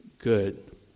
good